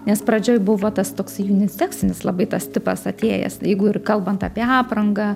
nes pradžioj buvo tas toks juniseksinis labai tas tipas atėjęs jeigu ir kalbant apie aprangą